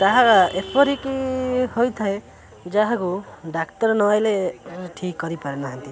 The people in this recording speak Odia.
ତାହା ଏପରିକି ହୋଇଥାଏ ଯାହାକୁ ଡାକ୍ତର ନ ଆଇଲେ ଠିକ କରିପାରିନାହାଁନ୍ତି